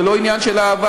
זה לא עניין של אהבה,